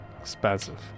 Expensive